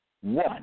One